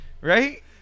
Right